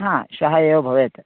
हा श्वः एव भवेत्